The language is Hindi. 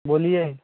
बोलिए